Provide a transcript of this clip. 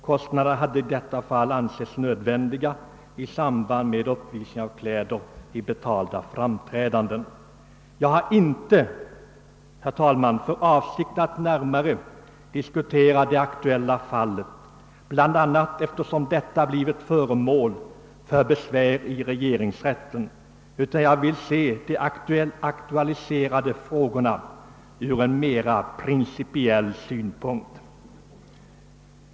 Kostnaderna hade i detta fall ansetts nödvändiga i samband med uppvisning av kläder vid betalda framträdanden; Jag har inte, herr talman, för avsikt att närmare diskutera det aktuella fallet, bl.a. därför att det blivit föremål för besvär. i regeringsrätten. I stället vill jag se de aktualiserade frågorna ur en mera principiell synpunkt.